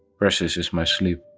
precious is my sleep,